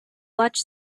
watch